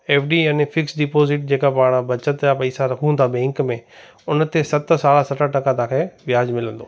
F D यानी fix deposit जेका पाण बचति जा पैसा रखूं था बैंक में उन ते सत सवा सत टका तव्हांखे व्याजु मिलंदो